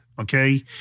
okay